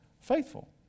faithful